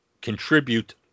contribute